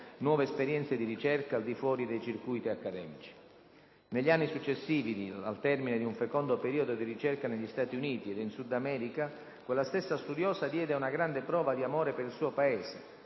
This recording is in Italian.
nuove esperienze di ricerca al di fuori dei circuiti accademici. Negli anni successivi, al termine di un fecondo periodo di ricerca negli Stati Uniti e in Sud America, quella stessa studiosa diede una grande prova di amore per il suo Paese,